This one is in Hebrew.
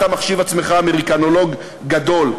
אתה מחשיב עצמך אמריקנולוג גדול,